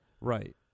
Right